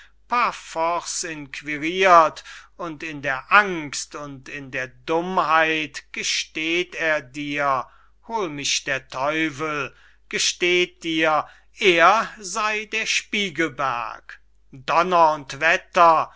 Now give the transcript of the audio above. force inquirirt und in der angst und in der dummheit gesteht er dir hol mich der teufel gesteht dir er sey der spiegelberg donner und wetter